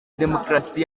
demokarasi